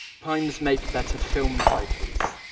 primes make better film titles.